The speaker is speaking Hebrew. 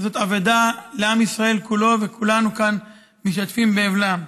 אבדה לעם ישראל כולו, וכולנו כאן משתתפים באבלם.